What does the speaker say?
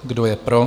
Kdo je pro?